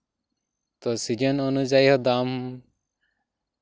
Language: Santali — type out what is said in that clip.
ᱛᱚ ᱥᱤᱡᱤᱱ ᱚᱱᱩᱡᱟᱭᱤ ᱦᱚᱸ ᱫᱟᱢ